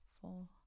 four